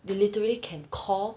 they literally can call